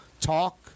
talk